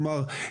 כלומר,